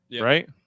Right